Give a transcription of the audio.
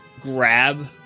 grab